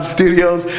Studios